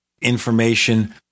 information